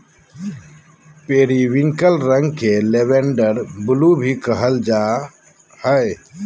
periwinkle रंग के lavender blue भी कहल जा हइ